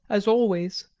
as always,